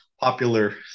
popular